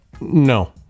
no